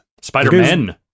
Spider-Man